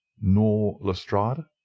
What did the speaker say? nor lestrade?